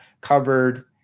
covered